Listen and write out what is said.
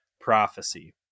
prophecy